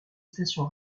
stations